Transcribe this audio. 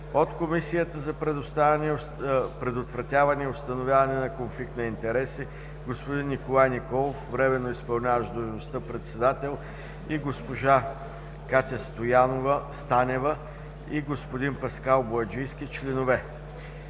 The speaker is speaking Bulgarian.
от Комисията за предотвратяване и установяване на конфликт на интереси – господин Николай Николов – временно изпълняващ длъжността председател, госпожа Катя Станева и господин Паскал Бояджийски – членове.